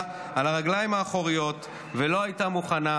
על הרגליים האחוריות ולא הייתה מוכנה,